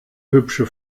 hübsche